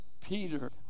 Peter